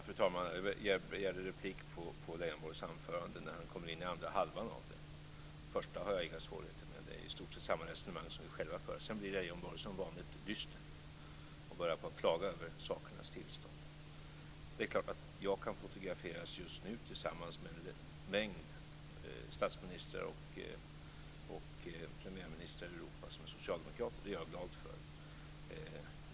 Fru talman! Jag begärde replik på Leijonborgs anförande när han kom in i andra halvan av det. Den första har jag inga svårigheter med. Det är i stort sett samma resonemang som vi själva för. Sedan blir Leijonborg som vanligt dyster och börjar klaga över sakernas tillstånd. Det är klart att jag just nu kan fotograferas tillsammans med en mängd statsministrar och premiärministrar i Europa som är socialdemokrater. Det är jag glad för.